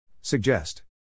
Suggest